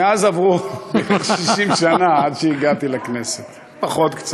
מאז עברו 60 שנה עד שהגעתי לכנסת, קצת פחות.